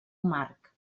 marc